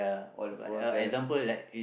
all the foreign talent